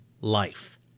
life